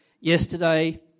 yesterday